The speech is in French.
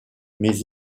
mais